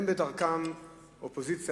הם בדרכם אופוזיציה,